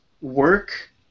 work